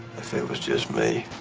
if it was just me,